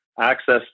access